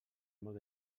molt